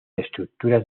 estructuras